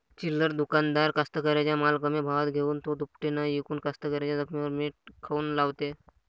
चिल्लर दुकानदार कास्तकाराइच्या माल कमी भावात घेऊन थो दुपटीनं इकून कास्तकाराइच्या जखमेवर मीठ काऊन लावते?